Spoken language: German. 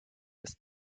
ist